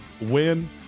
win